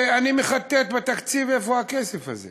ואני מחטט בתקציב, איפה הכסף הזה?